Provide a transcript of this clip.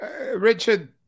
Richard